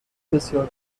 بسیار